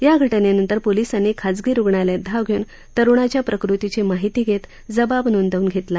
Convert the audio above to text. या घटनेनंतर पोलीसांनी खासगी रूग्णालयात धाव घेऊन तरूणाच्या प्रकृतीची माहिती घेत जबाब नोंदवून घेतला